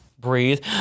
Breathe